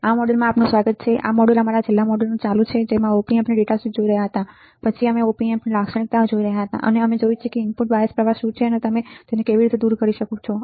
આ મોડ્યુલમાં આપનું સ્વાગત છે આ મોડ્યુલ અમારા છેલ્લા મોડ્યુલનું ચાલુ છે જેમાં તમે Op Amp ડેટા શીટ જોઈ રહ્યા હતા અને પછી અમે Op Ampની લાક્ષણિકતાઓ જોઈ રહ્યા હતા અને અમે જોયું છે કે ઇનપુટ બાયસ પ્રવાહ શું છે અને તેને કેવી રીતે દૂર કરી શકીએ છીએ